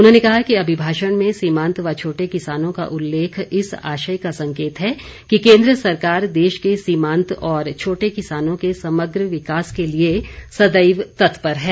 उन्होंने कहा कि अभिभाषण में सीमांत व छोटे किसानों का उल्लेख इस आशय का संकेत है कि केन्द्र सरकार देश के सीमांत और छोटे किसानों के समग्र विकास के लिए सदैव तत्पर है